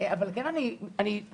אבל כן אני תוהה,